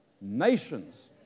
nations